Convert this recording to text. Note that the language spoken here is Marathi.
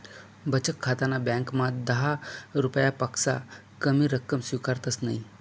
बचत खाताना ब्यांकमा दहा रुपयापक्सा कमी रक्कम स्वीकारतंस नयी